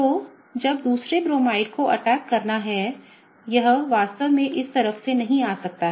तो जब दूसरे ब्रोमाइड को अटैक करना है यह वास्तव में इस तरफ से नहीं आ सकता है